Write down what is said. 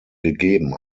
gegeben